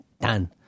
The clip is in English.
done